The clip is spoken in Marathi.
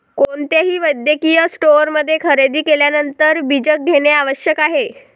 कोणत्याही वैद्यकीय स्टोअरमध्ये खरेदी केल्यानंतर बीजक घेणे आवश्यक आहे